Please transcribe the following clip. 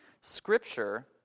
Scripture